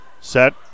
Set